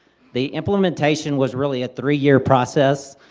the implementation was really a three year process,